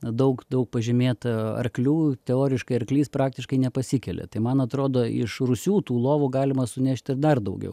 daug daug pažymėta arklių teoriškai arklys praktiškai nepasikelia tai man atrodo iš rūsių tų lovų galima sunešt ir dar daugiau